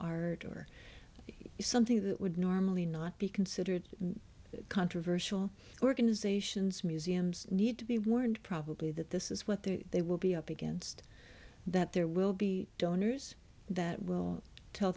art or something that would normally not be considered controversial organizations museums need to be warned probably that this is what they will be up against that there will be donors that won't tell